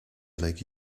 like